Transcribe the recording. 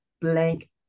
blank